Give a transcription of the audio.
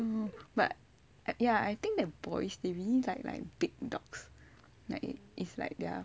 but ya I think that boys they really like like big dogs like is like their